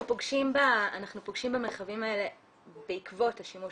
אנחנו פוגשים במרחבים האלה בעקבות השימוש